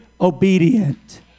obedient